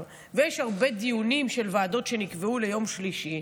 ויש הרבה דיונים של ועדות שנקבעו ליום שלישי,